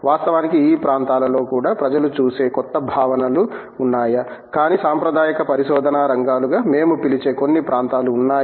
వాస్తవానికి ఈ ప్రాంతాలలో కూడా ప్రజలు చూసే క్రొత్త భావనలు ఉన్నాయా కానీ సాంప్రదాయ పరిశోధనా రంగాలుగా మేము పిలిచే కొన్ని ప్రాంతాలు ఉన్నాయి